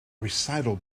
recital